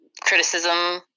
criticism